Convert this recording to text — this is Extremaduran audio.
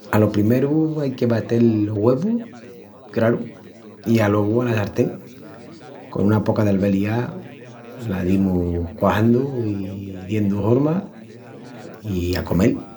Alo primeru ai que batel los güevus, craru, i alogu ala sartén. Con una poca d'albeliá la dimus cuajandu i diendu horma i a comel.